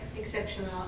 exceptional